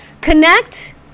Connect